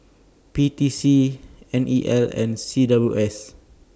P T C N E L and C W S